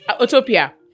Utopia